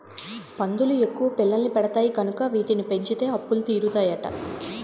పందులు ఎక్కువ పిల్లల్ని పెడతాయి కనుక వీటిని పెంచితే అప్పులు తీరుతాయట